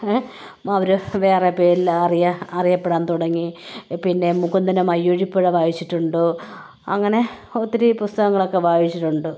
അവര് വേറെ പേരില് അറിയാന് അറിയപ്പെടാന് തുടങ്ങി പിന്നെ മുകുന്ദൻ്റെ മയ്യഴിപ്പുഴ വായിച്ചിട്ടുണ്ട് അങ്ങനെ ഒത്തിരി പുസ്തകങ്ങളൊക്കെ വായിച്ചിട്ടുണ്ട്